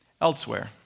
elsewhere